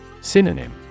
Synonym